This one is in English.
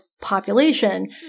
population